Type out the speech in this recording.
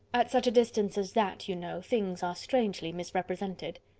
at such a distance as that, you know, things ah strangely misrepresented.